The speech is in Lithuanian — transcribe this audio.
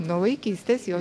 nuo vaikystės jau